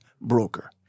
broker